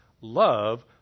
love